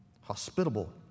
hospitable